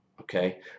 okay